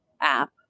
app